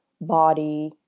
body